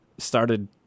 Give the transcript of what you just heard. started